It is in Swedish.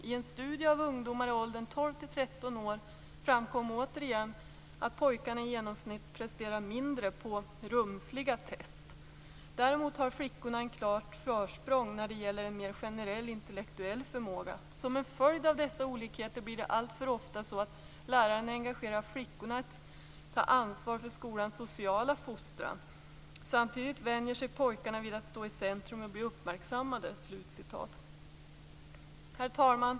I en studie av ungdomar i åldern 12-13 år framkom återigen, att pojkarna i genomsnitt presterar bättre på 'rumsliga' test. Däremot hade flickorna ett klart försprång när det gäller en mer generell intellektuell förmåga. Som en följd av dessa olikheter blir det alltför ofta så att läraren engagerar flickorna i att ta ansvar för skolans sociala fostran av pojkarna. Samtidigt vänjer sig pojkarna vid att stå i centrum och bli uppmärksammade." Herr talman!